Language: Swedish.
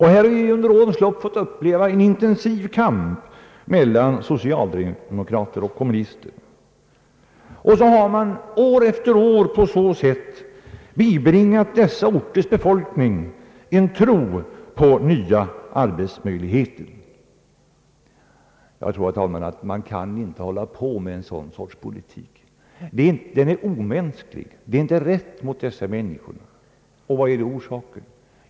Här har vi fått uppleva en intensiv kamp mellan socialdemokrater och kommunister, och man har år efter år på så sätt bibringat dessa orters befolkning en tro på nya arbetsmöjligheter. Jag tror, herr talman, att man inte kan hålla på med en sådan sorts politik. Den är omänsklig, och det är inte rätt mot dessa människor att göra så. Vad är då orsaken?